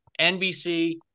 NBC